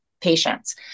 patients